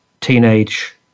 teenage